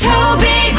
Toby